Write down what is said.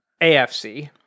AFC